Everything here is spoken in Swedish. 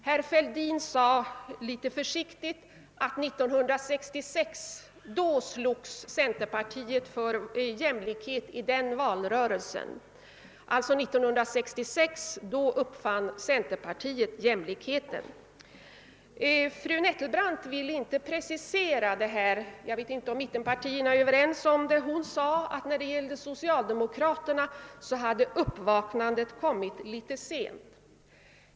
Herr Fälldin sade, litet försiktigt, att i valrörelsen 1966 slogs centerpartiet för jämlikheten. År 1966 uppfann alltså centerpartiet jämlikheten. Fru Nettelbrandt ville inte precisera detta — jag vet inte om mittenpartierna är överens om saken. Hon sade att när det gäller socialdemokraterna har uppvaknandet ägt rum litet sent.